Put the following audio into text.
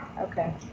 Okay